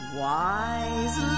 wise